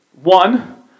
One